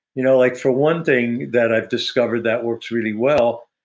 you know like for one thing that i've discovered that works really well,